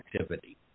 activity